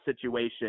situation